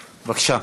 בבקשה.